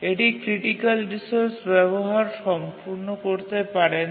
এটি critical resource ব্যবহার সম্পূর্ণ করতে পারে না